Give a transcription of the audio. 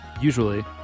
usually